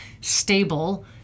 stable